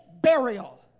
burial